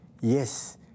Yes